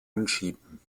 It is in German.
anschieben